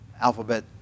alphabet